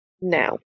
Now